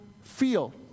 feel